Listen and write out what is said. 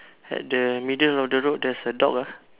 at the middle of the road there's a dog ah